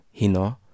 Hino